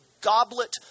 goblet